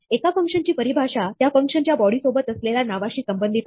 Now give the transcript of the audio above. एका फंक्शनची परिभाषा त्या फंक्शन च्या बॉडी सोबत असलेल्या नावाशी संबंधित असते